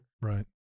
Right